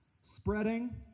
spreading